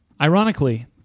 Ironically